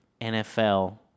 NFL